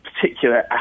particular